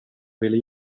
ville